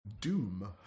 Doom